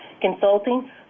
consulting